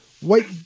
White